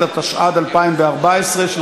התשע"ד 2013, של